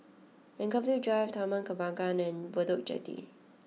Anchorvale Drive Taman Kembangan and Bedok Jetty